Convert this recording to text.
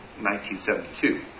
1972